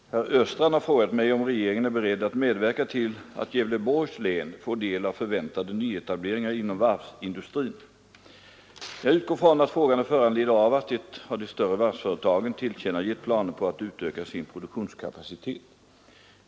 Herr talman! Herr Östrand har frågat mig om regeringen är beredd att medverka till att Gävleborgs län får del av förväntade nyetableringar inom varvsindustrin. Jag utgår från att frågan är föranledd av att ett av de större varvsföretagen tillkännagett planer på att utöka sin produktionskapacitet.